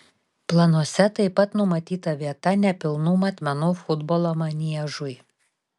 planuose taip pat numatyta vieta nepilnų matmenų futbolo maniežui